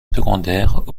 secondaires